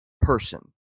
person